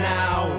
now